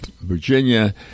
Virginia